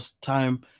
time